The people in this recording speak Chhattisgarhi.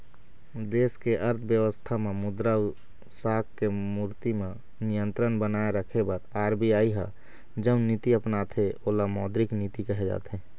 देस के अर्थबेवस्था म मुद्रा अउ साख के पूरति म नियंत्रन बनाए रखे बर आर.बी.आई ह जउन नीति अपनाथे ओला मौद्रिक नीति कहे जाथे